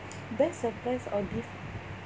best surprise or gift